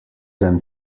than